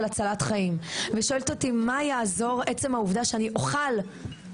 הצלת חיים ושואלת אותי מה יעזור עצם העובדה שאני אוכל לצפות?